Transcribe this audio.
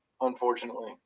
unfortunately